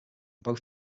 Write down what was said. both